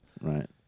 Right